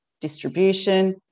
distribution